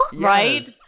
Right